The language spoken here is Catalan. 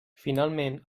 finalment